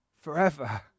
forever